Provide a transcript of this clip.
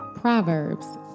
Proverbs